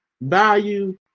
value